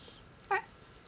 I